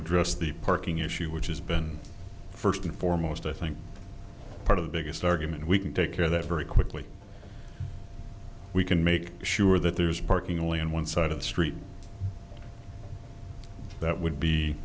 address the parking issue which has been first and foremost i think part of the biggest argument we can take care that very quickly we can make sure that there's parking only on one side of the street that would be